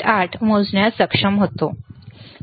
8 मोजण्यास सक्षम होतो